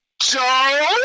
Joe